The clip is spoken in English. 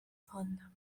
phone